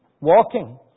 walking